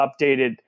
updated